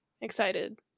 excited